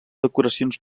decoracions